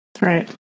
right